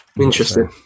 Interesting